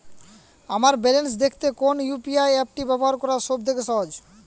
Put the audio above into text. আমার ব্যালান্স দেখতে কোন ইউ.পি.আই অ্যাপটি ব্যবহার করা সব থেকে সহজ?